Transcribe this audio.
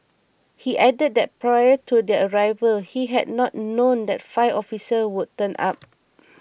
he added that prior to their arrival he had not known that five officers would turn up